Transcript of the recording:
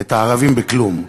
את הערבים בכלום,